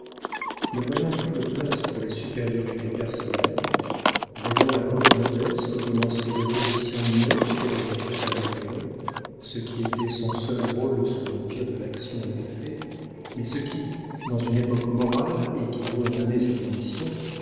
ne voyant plus de place pour les supériorités personnelles voyant la haute noblesse recommencer l'opposition muette qu'elle avait faite à napoléon ce qui était son seul rôle sous l'empire de l'action et des faits mais ce qui dans une époque morale équivaut à donner sa démission